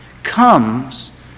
comes